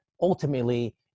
ultimately